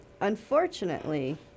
unfortunately